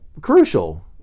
crucial